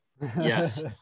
Yes